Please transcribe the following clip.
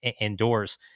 indoors